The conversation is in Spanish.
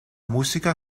música